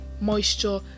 moisture